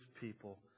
people